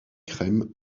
crème